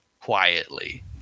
quietly